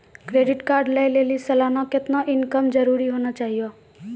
Credit card लय लेली सालाना कितना इनकम जरूरी होना चहियों?